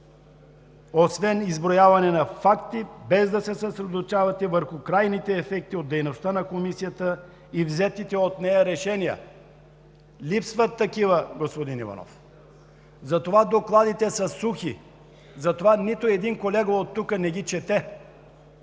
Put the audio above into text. освен изброяване на факти, да се съсредоточавате върху крайните ефекти от дейността на Комисията и взетите от нея решения. Липсват такива, господин Иванов! Затова докладите са сухи. Затова нито един колега оттук (сочи